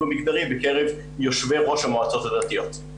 המגדרי בקרב יושבי ראש המועצות הדתיות.